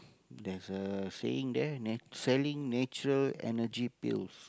there's a saying there nat~ selling natural Energy Pills